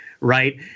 right